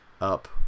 up